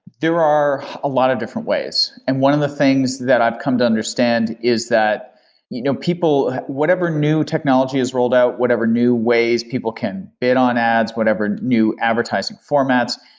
there are a lot of different ways, and one of the things that i've come to understand is that you know people whatever new technology is rolled out, whatever new ways people can bid on ads, whatever new advertising formats,